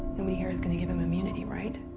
nobody here is gonna give him immunity, right?